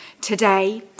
today